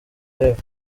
rev